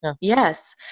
Yes